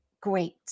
great